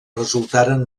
resultaren